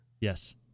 Yes